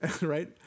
right